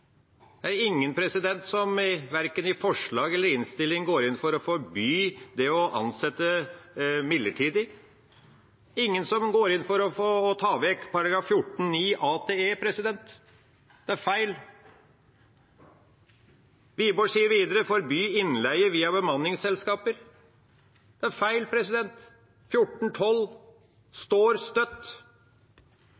Det er ingen som verken i forslag eller innstilling går inn for å forby det å ansette midlertidig. Det er ingen som går inn for å ta vekk § 14-9 a–e. Det er feil. Wiborg sier videre: « forby innleie via bemanningsbyråer». Det er feil.